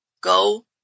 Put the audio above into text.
Go